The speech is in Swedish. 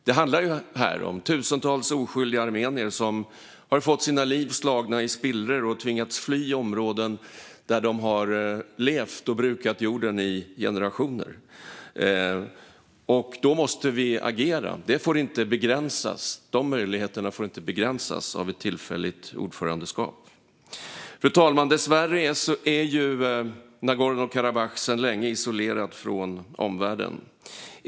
Det handlar ju här om tusentals oskyldiga armenier som har fått sina liv slagna i spillror och tvingats fly områden där de har levt och brukat jorden i generationer. Då måste vi agera - dessa möjligheter får inte begränsas av ett tillfälligt ordförandeskap. Fru talman! Dessvärre är ju Nagorno-Karabach sedan länge isolerat från omvärlden.